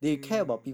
mm